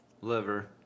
Liver